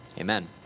Amen